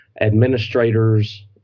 administrators